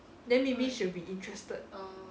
then maybe she'll be interested